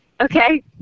Okay